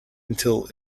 until